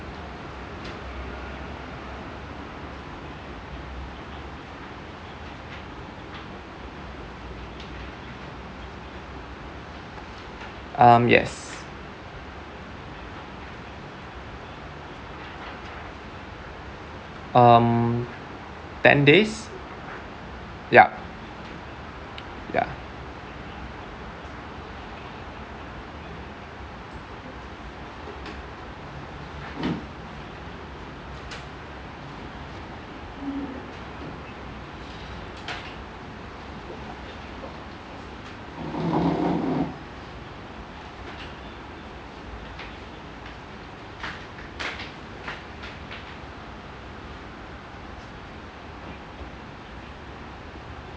um yes um ten days yup ya